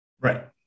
Right